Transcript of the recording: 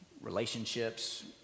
relationships